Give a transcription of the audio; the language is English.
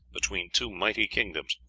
between two mighty kingdoms,